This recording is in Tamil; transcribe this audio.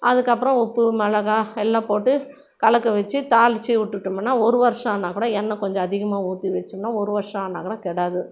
அதுக்கப்புறம் உப்பு மிளகா எல்லாம் போட்டு கலக்க வச்சு தாளித்து விட்டுட்டோமுன்னா ஒரு வருஷம் ஆனாக்கூட எண்ணெய் கொஞ்சம் அதிகமாக ஊற்றி வச்சோம்னா ஒரு வருஷம் ஆனாக்கூட கெடாது